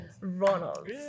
Ronald